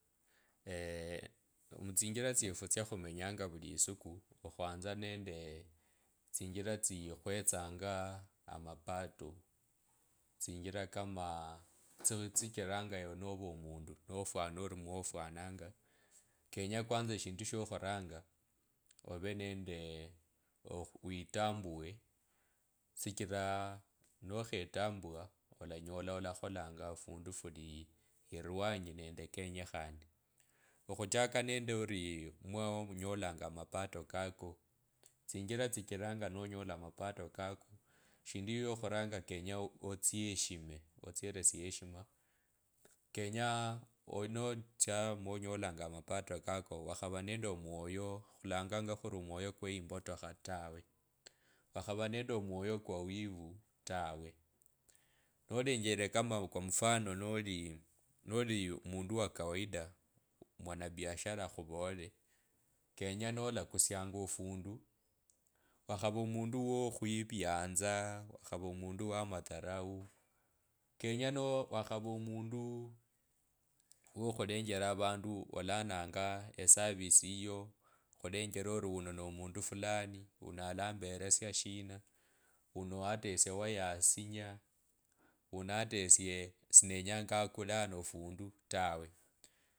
mutsinjira tsefu tsikhumenyanga vulisiku kwanza nende tsinjira tsikhutsanga mapato tsinjira kama tsijiranga ewe nova omundu nofwana ori mofwananga kenye kwanza eshindu tsyo khuranga ove nende witambue shichir nokhatambue olanyalanga okakholanga fundu fuli iliwanyi nende kenyekhana okhuchaka nende ori mwa munyolanga amapato kako okhave nende omuoyooo khulanyanga kurii omuoyo kwa imbotokha tawe ikhava nende omuoyo kwa wivu tawe nolengele kama kw mfano noli noli omundu wa kawaida mwanabiashara khuvole kenye nolakusianga ofundu okhava omundu wokhwibyanza okhava omundu wamadharau kenye no okhava omundu wakhulenjela vandu olananga eservice yiyo khulenjera ori uno mundu fulani alambestia shina wuno hata esie wayasinya, una hata esie sinenyangab akuna ano afundu tawe.